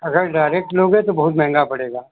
अगर डायरेक्ट लोगे तो बहुत महंगा पड़ेगा